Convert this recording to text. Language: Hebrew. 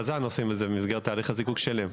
בז"ן עושים את זה במסגרת תהליך הזיקוק שלהם.